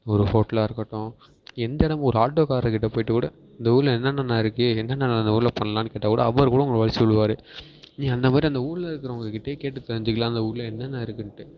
ஒரு ஹோட்டலாக இருக்கட்டும் எந்த இடமும் ஒரு ஆட்டோ கார்க்கிட்டே போய்விட்டு கூட இந்த ஊரில் என்ன என்ன அண்ணா இருக்குது என்ன என்ன அண்ணா இந்த ஊரில் பண்ணலான்னு கேட்டு கூட அவர் கூட உங்களுக்கு வழி சொல்லுவார் நீங்கள் அந்த மாதிரி அந்த ஊரில் இருக்கிறவங்க கிட்டேயே கேட்டு தெரிஞ்சிக்கலாம் அந்த ஊரில் என்ன என்ன இருக்குன்ட்டு